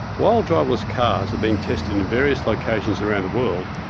while driverless cars are being tested in various locations around the world,